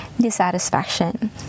Dissatisfaction